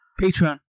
Patreon